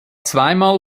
zweimal